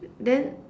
then